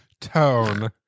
tone